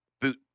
boot